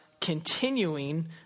continuing